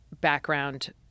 background